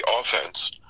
offense